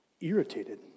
Irritated